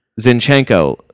Zinchenko